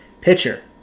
pitcher